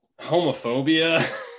homophobia